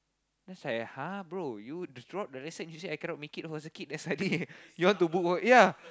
then it's like !huh! bro you throughout the lesson you said I cannot make it for circuit then suddenly you want to book ya